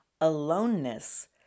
aloneness